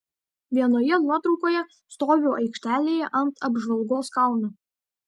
vienoje nuotraukoje stoviu aikštelėje ant apžvalgos kalno